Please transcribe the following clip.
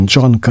John